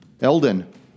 Elden